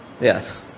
Yes